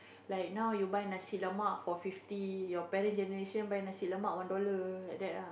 like now you buy nasi-lemak four fifty your parent generation buy nasi-lemak one dollar like that ah